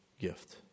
gift